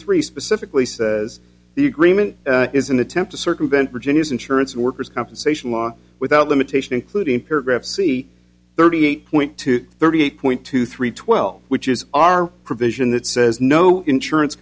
three specifically says the agreement is an attempt to circumvent virginia's insurance worker's compensation law without limitation including paragraph c thirty eight point two thirty eight point two three twelve which is our provision that says no insurance